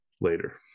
later